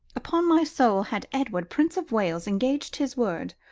upon my soul, had edward, prince of wales, engaged his word,